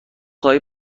خواهی